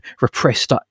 repressed